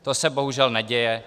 To se bohužel neděje.